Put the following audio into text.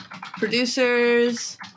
producers